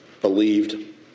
believed